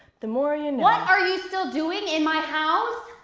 the more you know what are you still doing in my house!